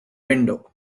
window